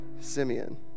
Simeon